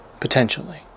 potentially